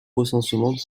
recensement